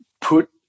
put